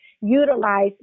utilize